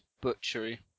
butchery